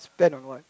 spend on what